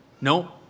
No